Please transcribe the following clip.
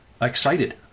excited